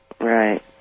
Right